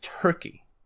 turkey